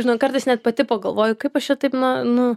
žinok kartais net pati pagalvoju kaip aš čia taip na nu